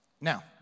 Now